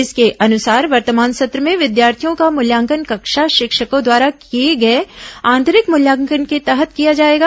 इसके अनुसार वर्तमान सत्र में विद्यार्थियों का मूल्यांकन कक्षा शिक्षकों द्वारा किए गए आंतरिक मूल्यांकन के तहत किया जाएगा